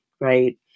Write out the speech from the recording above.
Right